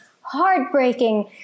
heartbreaking